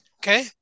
okay